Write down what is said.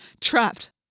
Trapped